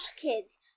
kids